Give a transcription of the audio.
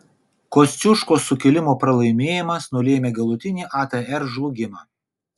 kosciuškos sukilimo pralaimėjimas nulėmė galutinį atr žlugimą